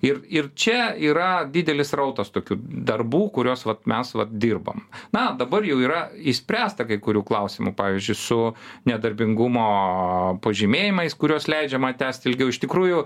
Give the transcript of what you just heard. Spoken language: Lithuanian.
ir ir čia yra didelis srautas tokių darbų kuriuos vat mes vat dirbam na dabar jau yra išspręsta kai kurių klausimų pavyzdžiui su nedarbingumo pažymėjimais kuriuos leidžiama tęst ilgiau iš tikrųjų